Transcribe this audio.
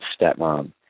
stepmom